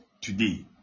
today